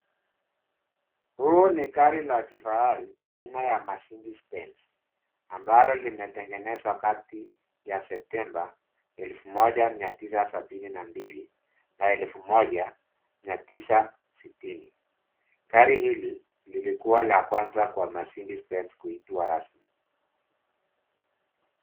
Huu ni gari la kifahari aina ya [cs ] macedes benz[cs ] ambalo limetengenezwa kati ya Septemba 1972 na 1990. Gari hili ilikua la kwanza kwa [cs ] macedes benz[cs ] kuitwa rasmi.